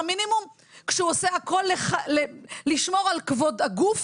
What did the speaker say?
מינימום כשהוא עושה הכול לשמור על כבוד הגוף